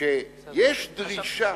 שיש דרישה